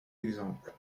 exemples